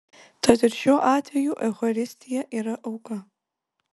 tad ir šiuo atveju eucharistija yra auka